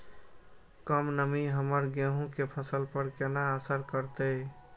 कम नमी हमर गेहूँ के फसल पर केना असर करतय?